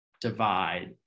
divide